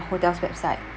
hotel's website